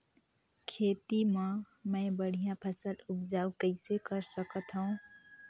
खेती म मै बढ़िया फसल उपजाऊ कइसे कर सकत थव?